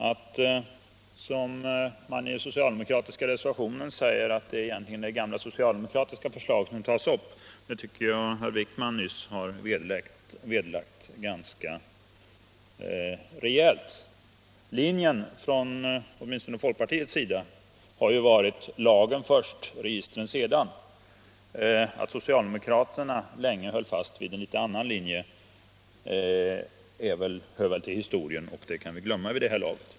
Att det — som man vill göra gällande i den socialdemokratiska reservationen — är gamla socialdemokratiska förslag som tas upp tycker jag att herr Wijkman i sitt anförande har vederlagt ganska rejält. Den linje som åtminstone folkpartiet velat hålla har inneburit ”lagen först —- registren sedan”. Att socialdemokraterna länge höll fast vid en något annan linje hör väl nu till historien, och det kan vi glömma vid det här laget.